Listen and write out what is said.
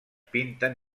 pinten